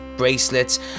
bracelets